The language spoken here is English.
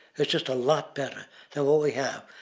it's just a lot better than what we have.